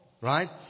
right